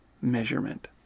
measurement